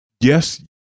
Yes